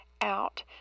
out